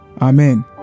Amen